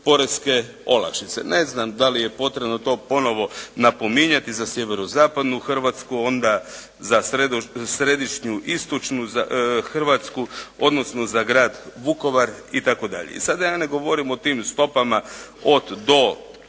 poreske olakšice. Ne znam da li je potrebno to ponovo napominjati za sjeverno-zapadnu Hrvatsku, onda za središnju-istočnu Hrvatsku, odnosno za Grad Vukovar itd. i sada da ja ne govorim o tim stopama od-do